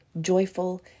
joyful